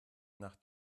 nach